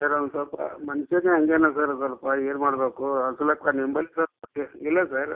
sir ಅವ್ನು ಸ್ವಲ್ಪ ಮನುಷ್ಯನೆ ಹಂಗೇನೆ ಸರ್ ಸ್ವಲ್ಪ ಏನು ಮಾಡಬೇಕು ಅಸಲಕ್ಕ ನಿಂಬಲ್ಲಿ ಸ್ವಲ್ಪ ಇಲ್ಲ ಸರ್